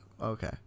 Okay